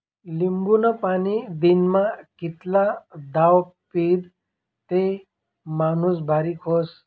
लिंबूनं पाणी दिनमा कितला दाव पीदं ते माणूस बारीक व्हस?